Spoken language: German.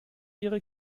ihre